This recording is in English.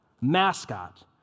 mascot